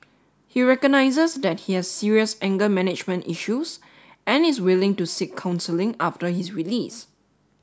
he recognizes that he has serious anger management issues and is willing to seek counselling after his release